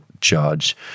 Judge